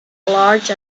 large